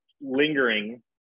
lingering